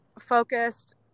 focused